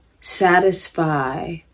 satisfy